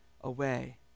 away